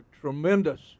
tremendous